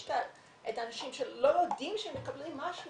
יש את האנשים שלא יודעים שהם מקבלים משהו